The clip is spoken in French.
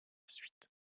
suite